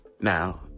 Now